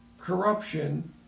corruption